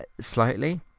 slightly